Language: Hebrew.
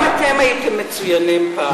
גם אתם הייתם מצוינים פעם.